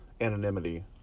anonymity